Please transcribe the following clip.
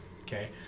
okay